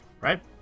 right